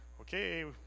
okay